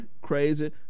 crazy